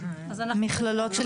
מכ"טים